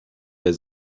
der